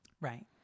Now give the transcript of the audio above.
Right